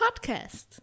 podcast